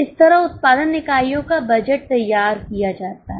इस तरह उत्पादन इकाइयों का बजट तैयार किया जाता है